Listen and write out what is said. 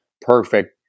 perfect